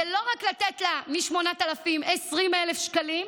הוא לא רק לתת לה מ-8,000, 20,000 שקלים,